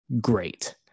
great